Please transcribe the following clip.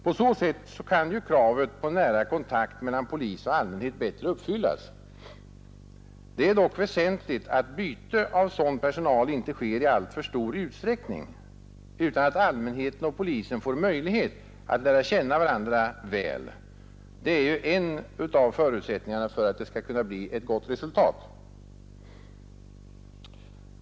På så sätt kan kravet på nära kontakt mellan polis och allmänhet bättre uppfyllas. Det är dock väsentligt att byte av sådan personal inte sker i alltför stor utsträckning utan att allmänheten och polisen får möjlighet att lära känna varandra väl. Det är ju en av förutsättningarna för att det skall kunna bli ett gott resultat.